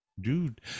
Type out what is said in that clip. dude